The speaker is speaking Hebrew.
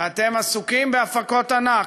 ואתם עסוקים בהפקות ענק.